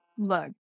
Look